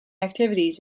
activities